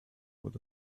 with